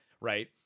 right